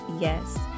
yes